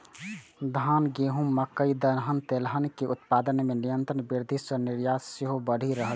धान, गहूम, मकइ, दलहन, तेलहन के उत्पादन मे निरंतर वृद्धि सं निर्यात सेहो बढ़ि रहल छै